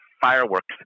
fireworks